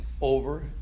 over